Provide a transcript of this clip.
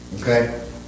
Okay